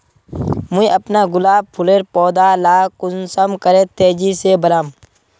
मुई अपना गुलाब फूलेर पौधा ला कुंसम करे तेजी से बढ़ाम?